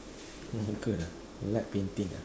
not awkward ah you like painting ah